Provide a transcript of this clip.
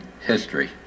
History